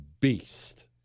beast